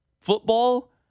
football